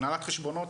הנהלת חשבונות,